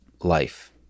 life